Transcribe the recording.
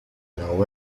know